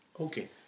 Okay